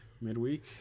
midweek